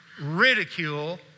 ridicule